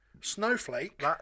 Snowflake